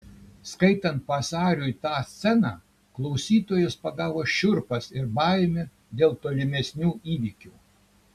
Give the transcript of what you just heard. skaitant vasariui tą sceną klausytojus pagavo šiurpas ir baimė dėl tolimesnių įvykių